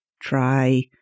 try